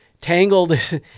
Tangled